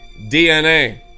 DNA